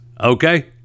Okay